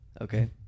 Okay